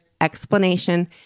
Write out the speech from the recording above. explanation